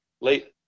late